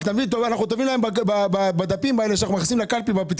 אנחנו טובים להם בפתקי הצבעה שאנחנו מכניסים לקלפי.